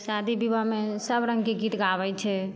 शादी बिवाहमे सब रङ्गके गीत गाबय छै